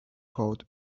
called